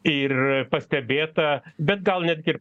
ir pastebėta bet gal netgi ir